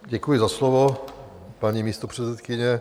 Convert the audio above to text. Děkuji za slovo, paní místopředsedkyně.